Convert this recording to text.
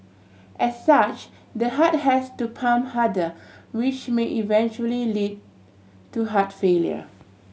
as such the heart has to pump harder which may eventually lead to heart failure